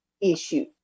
issue